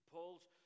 Paul's